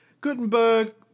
Gutenberg